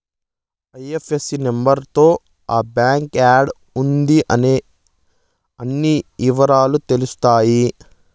IFSC number తో ఆ bank యాడా ఉంది అనే అన్ని ఇవరాలు తెలుత్తాయి